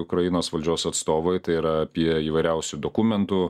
ukrainos valdžios atstovai tai yra apie įvairiausių dokumentų